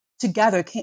together